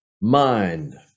mind